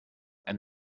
and